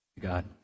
God